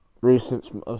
recent